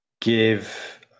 give